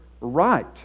right